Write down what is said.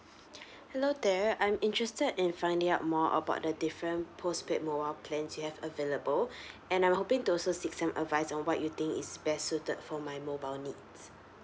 hello there I'm interested in finding out more about the different postpaid mobile plans you have available and I'm hoping to also seek some advice on what you think is best suited for my mobile needs